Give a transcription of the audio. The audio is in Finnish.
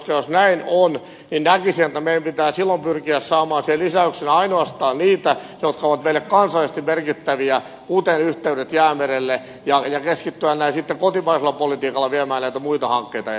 jos näin on niin näkisin että meidän pitää silloin pyrkiä saamaan siihen lisäyksenä ainoastaan niitä jotka ovat meille kansallisesti merkittäviä kuten yhteydet jäämerelle ja keskittyä sitten kotimaisella politiikalla viemään näitä muita hankkeita eteenpäin